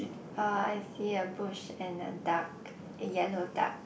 uh I see a bush and a duck a yellow duck